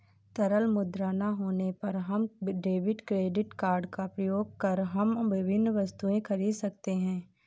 तरल मुद्रा ना होने पर हम डेबिट क्रेडिट कार्ड का प्रयोग कर हम विभिन्न वस्तुएँ खरीद सकते हैं